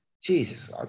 Jesus